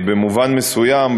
במובן מסוים,